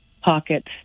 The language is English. pockets